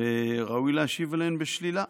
וראוי להשיב עליהן בשלילה.